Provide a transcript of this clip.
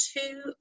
two